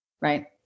right